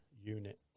unit